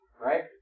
right